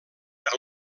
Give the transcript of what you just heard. per